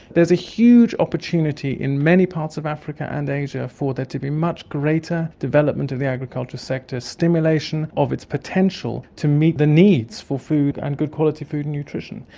there is a huge opportunity in many parts of africa and asia for there to be much greater development of the agriculture sector, stimulation of its potential to meet the needs for food and good quality food and nutrition,